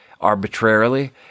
arbitrarily